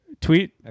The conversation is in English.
Tweet